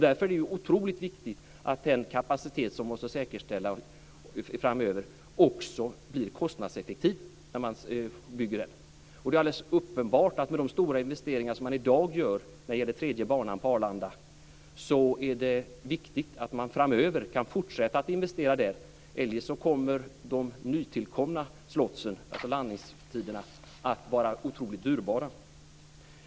Därför är det otroligt viktigt att den kapacitet som måste säkerställas framöver också blir kostnadseffektiv när den byggs. Det är alldeles uppenbart att med de stora investeringar man i dag gör i tredje banan på Arlanda är det viktigt att man framöver kan fortsätta att investera där. Eljest kommer nytillkomna slots, landningstiderna, att vara otroligt dyrbara.